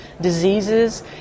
diseases